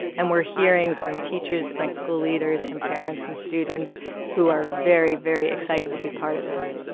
and we're hearing from teachers and school leaders and parents and students who are very, very excited to be part of this.